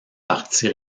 partie